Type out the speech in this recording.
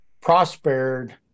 prospered